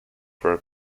were